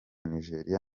nigeria